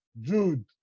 Jude